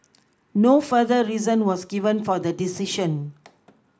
no further reason was given for the decision